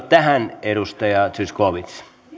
tähän edustaja zyskowicz arvoisa